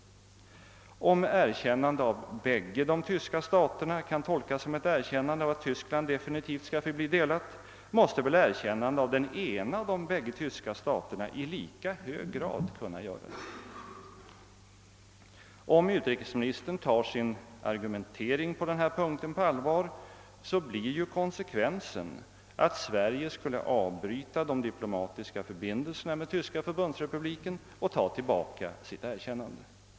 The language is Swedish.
Om erkännande av bägge de tyska staterna kan tolkas som ett erkännande av att Tyskland definitivt skall förbli delat, måste väl erkännande av den ena av de bägge tyska staterna i lika hög grad kunna göra det. Om utrikesministern tar sin argumentering på allvar blir konsekvensen att Sverige skulle avbryta de diplomatiska förbindelserna med Tyska förbundsrepubliken och ta tillbaka sitt erkännande.